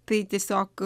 tai tiesiog